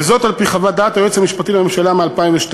וזאת על-פי חוות דעת היועץ המשפטי לממשלה מ-2002.